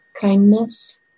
kindness